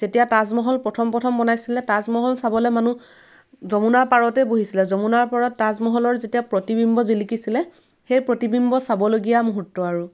যেতিয়া তাজমহল প্ৰথম প্ৰথম বনাইছিলে তাজমহল চাবলৈ মানুহ যমুনা পাৰতেই বহিছিলে যমুনাৰ ওপৰত তাজমহলৰ যেতিয়া প্ৰতিবিম্ব জিলিকিছিলে সেই প্ৰতিবিম্ব চাবলগীয়া মুহূৰ্ত আৰু